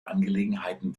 angelegenheiten